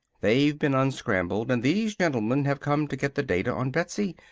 they've been unscrambled and these gentlemen have come to get the data on betsy.